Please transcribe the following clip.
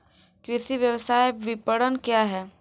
कृषि व्यवसाय विपणन क्या है?